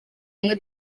hamwe